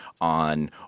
on